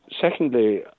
Secondly